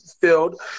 filled